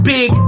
Big